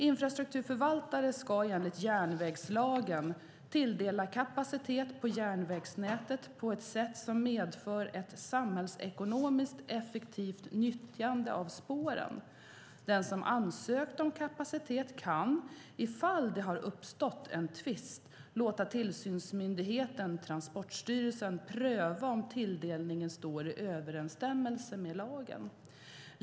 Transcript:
Infrastrukturförvaltare ska enligt järnvägslagen tilldela kapacitet på järnvägsnätet på ett sätt som medför ett samhällsekonomiskt effektivt nyttjande av spåren. Den som ansökt om kapacitet kan, ifall det har uppstått en tvist, låta tillsynsmyndigheten Transportstyrelsen pröva om tilldelningen står i överensstämmelse med lagen.